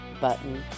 button